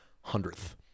hundredth